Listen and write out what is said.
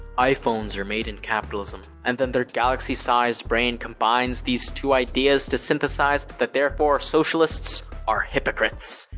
iphones are made in capitalism. and then their galaxy sized brain combines these two ideas to synthesize that therefore socialists are hypocrites.